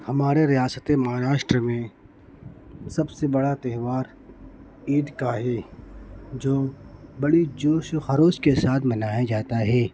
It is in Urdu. ہمارے ریاست مہاراشٹر میں سب سے بڑا تہوار عید کا ہے جو بڑی جوش و خروش کے ساتھ منایا جاتا ہے